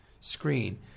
screen